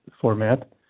format